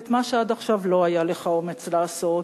את מה שעד עכשיו לא היה לך אומץ לעשות,